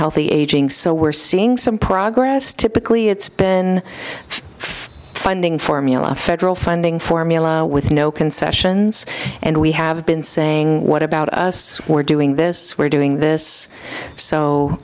healthy aging so we're seeing some progress typically it's been for funding formula federal funding formula with no concessions and we have been saying what about us we're doing this we're doing this